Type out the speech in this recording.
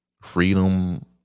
freedom